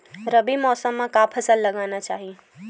रबी मौसम म का फसल लगाना चहिए?